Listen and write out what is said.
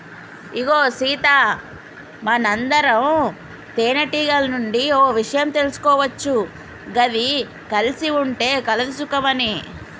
ఇగో సీత మనందరం తేనెటీగల నుండి ఓ ఇషయం తీసుకోవచ్చు గది కలిసి ఉంటే కలదు సుఖం అని